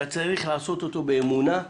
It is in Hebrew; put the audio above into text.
אתה צריך לעשות אותו באמונה,